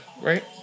right